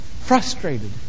Frustrated